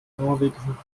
norwegischen